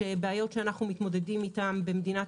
על כך שבעיות שאנחנו מתמודדים איתן במדינת